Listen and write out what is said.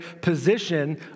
position